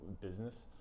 business